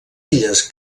illes